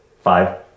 Five